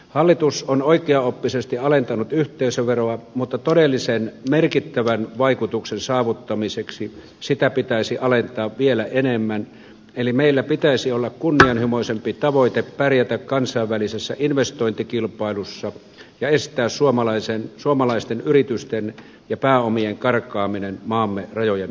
hallitus on oikeaoppisesti alentanut yhteisöveroa mutta todellisen merkittävän vaikutuksen saavuttamiseksi sitä pitäisi alentaa vielä enemmän eli meillä pitäisi olla kunnianhimoisempi tavoite pärjätä kansainvälisessä investointikilpailussa ja estää suomalaisten yritysten ja pääomien karkaaminen maamme rajojen ulkopuolelle